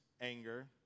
anger